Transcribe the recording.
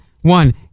one